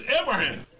Abraham